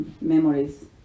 Memories